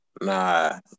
Nah